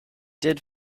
did